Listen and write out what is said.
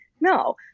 No